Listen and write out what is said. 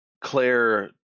Claire